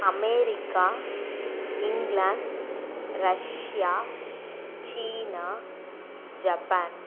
America England Russia China Japan